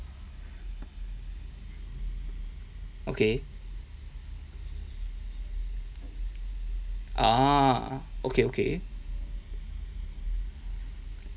okay ah okay okay